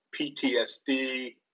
PTSD